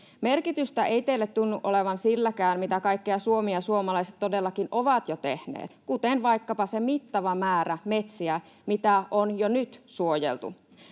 Merkitystä ei teille tunnu olevan silläkään, mitä kaikkea Suomi ja suomalaiset todellakin ovat jo tehneet, kuten vaikkapa se mittava määrä metsiä, mitä on jo nyt suojeltu.